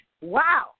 Wow